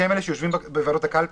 שהם אלה שיושבים בוועדות הקלפי,